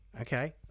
Okay